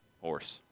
horse